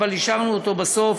אבל אישרנו אותו בסוף,